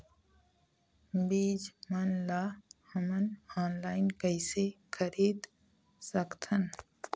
बीज मन ला हमन ऑनलाइन कइसे खरीद सकथन?